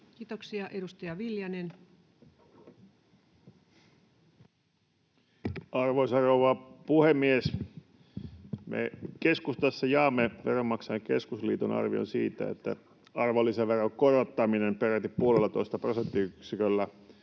Kiitoksia. — Edustaja Viljanen. Arvoisa rouva puhemies! Me keskustassa jaamme Veronmaksajain Keskusliiton arvion siitä, että arvonlisäveron korottaminen peräti 1,5 prosenttiyksiköllä